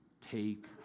take